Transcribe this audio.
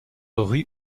rue